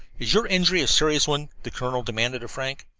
is your injury a serious one? the colonel demanded of frank.